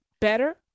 better